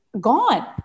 gone